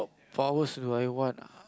for hours like what